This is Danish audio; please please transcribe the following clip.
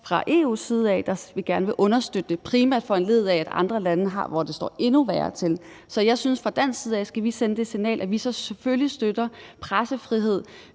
fra EU's side, der gerne vil understøtte det, primært foranlediget af det, andre lande har, hvor det står endnu værre til. Så jeg synes, at vi fra dansk side skal sende det signal, at vi selvfølgelig støtter pressefrihed,